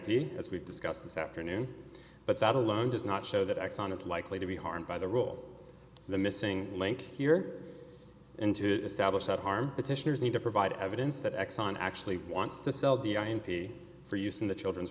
p as we've discussed this afternoon but that alone does not show that exxon is likely to be harmed by the rule the missing link here into the established that harm petitioners need to provide evidence that exxon actually wants to sell the i m p for using the children's